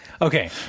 Okay